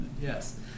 yes